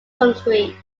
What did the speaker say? concrete